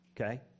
okay